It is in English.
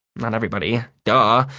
not everybody. duh.